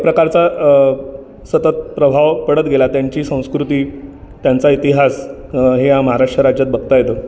एक प्रकारचा सतत प्रभाव पडत गेला त्यांची संस्कृती त्यांचा इतिहास हे या महाराष्ट्र राज्यात बघता येतं